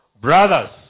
Brothers